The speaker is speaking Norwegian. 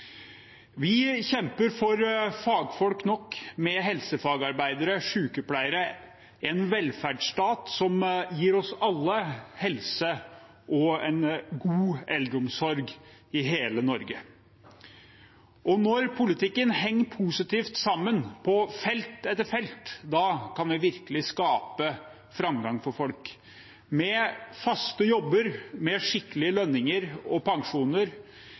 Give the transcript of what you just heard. Vi kjemper for nok fagfolk, med helsefagarbeidere og sykepleiere, og en velferdsstat som gir oss alle helse og en god eldreomsorg i hele Norge. Når politikken henger positivt sammen på felt etter felt, kan vi virkelig skape framgang for folk – med faste jobber med skikkelige lønninger og pensjoner,